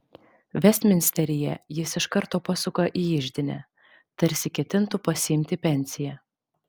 vestminsteryje jis iš karto pasuka į iždinę tarsi ketintų pasiimti pensiją